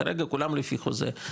כרגע כולם לפי חוזה,